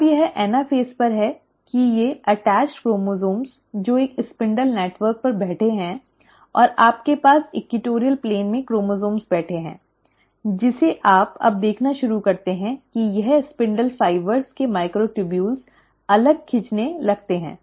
अब यह एनाफेज पर है कि ये संलग्न क्रोमोसोम्स जो एक स्पिंडल नेटवर्क पर बैठे हैं और आपके पास इक्वेटोरियल प्लेन में क्रोमोसोम्स बैठे हैं जिसे आप अब देखना शुरू करते हैं कि यह स्पिंडल फाइबर के माइक्रोट्यूबुल्स अलग खींचने लगते हैं